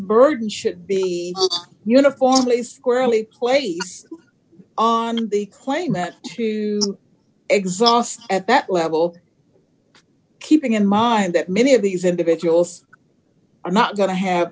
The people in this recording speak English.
burden should be uniformly squarely placed on the claimant to exhaust at that level keeping in mind that many of these individuals are not going to have